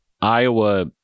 Iowa